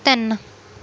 ਤਿੰਨ